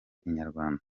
inyarwanda